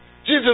Jesus